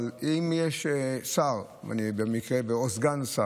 אבל אם יש שר או סגן שר,